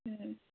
ꯎꯝ